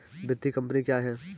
वित्तीय कम्पनी क्या है?